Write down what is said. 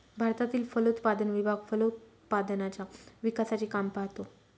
भारतातील फलोत्पादन विभाग फलोत्पादनाच्या विकासाचे काम पाहतो